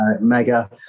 mega